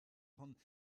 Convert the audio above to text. von